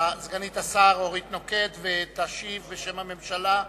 סגנית השר אורית נוקד, תשיב בשם הממשלה,